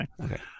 Okay